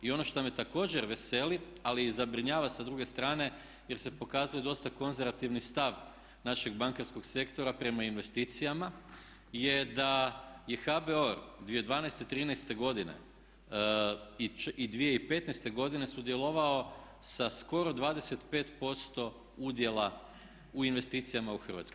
I ono što me također veseli ali i zabrinjava sa druge strane jer se pokazuje dosta konzervativni stav našeg bankarskog sektora prema investicijama je da je HBOR 2012., 2013. godine i 2015. godine sudjelovao sa skoro 25% udjela u investicijama u Hrvatskoj.